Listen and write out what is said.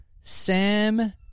Sam